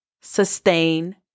sustain